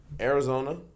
Arizona